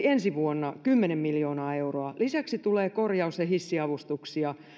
ensi vuonna kymmenen miljoonaa euroa lisäksi tulee korjaus ja hissiavustuksia